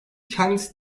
kendisi